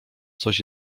coś